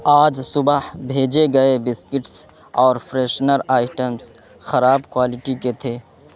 آج صبح بھیجے گئے بسکٹس اور فریشنر آئٹمس خراب کوالٹی کے تھے